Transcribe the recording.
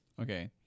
Okay